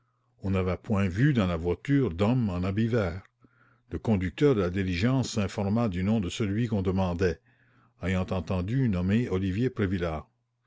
on n'avait point vu dans la voiture d'homme en habit vert le conducteur de la diligence s'informa du nom de celui qu'on demandait ayant entendu nommer olivier